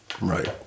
Right